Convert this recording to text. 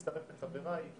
מצטרף לחבריי,